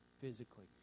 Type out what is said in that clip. physically